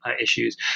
issues